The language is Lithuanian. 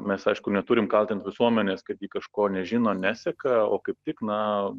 mes aišku neturim kaltint visuomenės kad ji kažko nežino neseka o kaip tik na